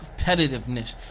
competitiveness